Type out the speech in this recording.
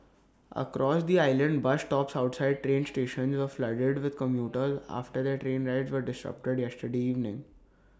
across the island bus stops outside train stations were flooded with commuters after their train rides were disrupted yesterday evening